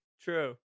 True